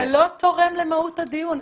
מיקי, זה לא תורם למהות הדיון.